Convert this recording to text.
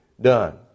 done